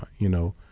you know,